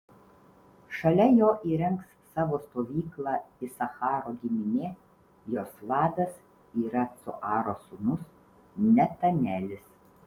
šalia jo įrengs savo stovyklą isacharo giminė jos vadas yra cuaro sūnus netanelis